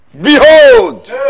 Behold